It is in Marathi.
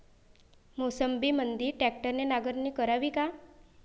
मोसंबीमंदी ट्रॅक्टरने नांगरणी करावी का?